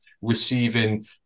receiving